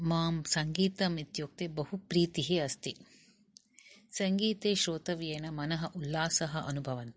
माम् सङ्गीतम् इत्युक्ते बहु प्रीतिः अस्ति सङ्गीते श्रोतव्येन मनः उल्लसः अनुभवन्ति